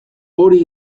hori